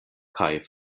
kaj